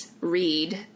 read